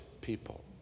people